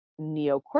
neocortex